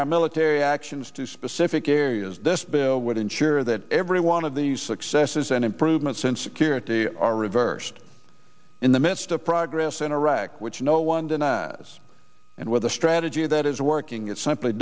our military actions to specific areas this would ensure that every one of these successes and improvements in security are reversed in the midst of progress in iraq which no one denies and where the strategy that is working it simply